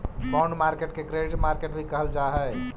bond market के credit market भी कहल जा हइ